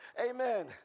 amen